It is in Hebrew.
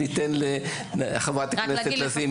אז ניתן לחברת הכנסת לזימי.